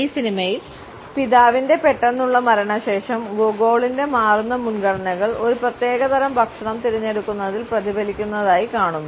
ഈ സിനിമയിൽ പിതാവിന്റെ പെട്ടെന്നുള്ള മരണശേഷം ഗോഗോളിന്റെ മാറുന്ന മുൻഗണനകൾ ഒരു പ്രത്യേക തരം ഭക്ഷണം തിരഞ്ഞെടുക്കുന്നതിൽ പ്രതിഫലിക്കുന്നതായി കാണുന്നു